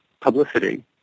publicity